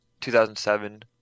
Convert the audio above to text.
2007